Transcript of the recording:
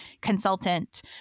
consultant